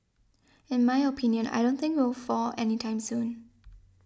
in my opinion I don't think will fall any time soon